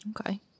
Okay